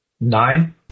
Nine